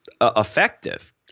effective